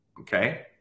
okay